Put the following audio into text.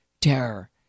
terror